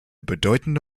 bedeutende